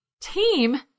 Team